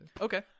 Okay